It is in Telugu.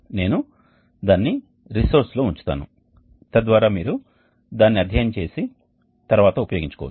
నేను దానిని రిసోర్స్లో ఉంచుతాను తద్వారా మీరు దానిని అధ్యయనం చేసి తర్వాత ఉపయోగించుకోవచ్చు